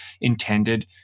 intended